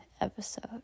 episode